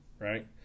right